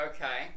Okay